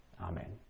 Amen